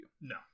No